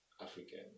African